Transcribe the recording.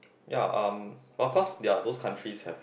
ya um but of course there are those countries have